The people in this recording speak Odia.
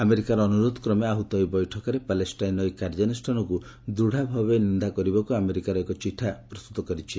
ଆମେରିକାର ଅନୁରୋଧ କ୍ରମେ ଆହୁତ ଏହି ବୈଠକରେ ପାଲେଷ୍ଟାଇନ୍ର ଏହି କାର୍ଯ୍ୟାନୁଷ୍ଠାନକୁ ଦୃଢ଼ ଭାବେ ନିନ୍ଦା କରିବାକୁ ଆମେରିକା ଏକ ଚିଠା ପ୍ରସ୍ତୁତ କରିଛି